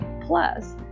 Plus